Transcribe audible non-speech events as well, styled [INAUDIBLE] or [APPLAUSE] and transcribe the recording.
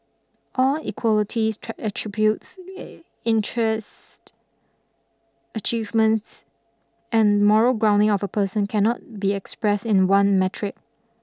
all equalities [UNINTELLIGIBLE] attributes [HESITATION] interests achievements and moral grounding of a person cannot be expressed in one metric